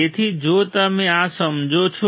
તેથી જો તમે આ સમજો છો